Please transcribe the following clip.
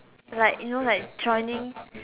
like you know like joining